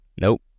Nope